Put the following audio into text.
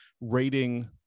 rating